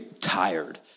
tired